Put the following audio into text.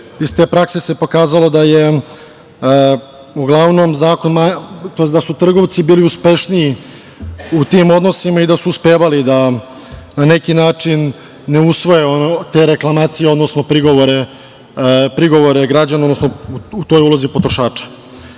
Iz te prakse se pokazalo da su trgovci bili uspešniji u tim odnosima i da su uspevali da na neki način ne usvoje te reklamacije, odnosno prigovore građana u toj ulozi potrošača. Sve